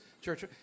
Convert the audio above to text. church